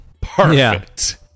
perfect